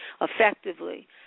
effectively